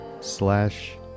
slash